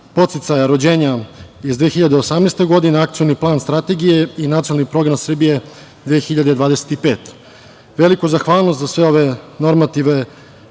podsticaja rođenja iz 2018. godine, Akcioni plan strategije i Nacionalni program Srbije 2025.Veliku zahvalnost za sve ove normativne,